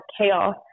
chaos